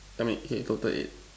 I mean eight total eight